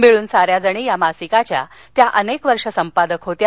मिळून साऱ्याजणी या मासिकाच्या त्या अनेक वर्ष संपादक होत्या